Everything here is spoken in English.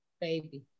baby